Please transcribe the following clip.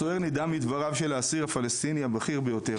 הסוהר נדהם מדבריו של האסיר הפלסטיני הבכיר ביותר,